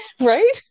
right